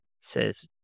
says